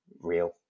real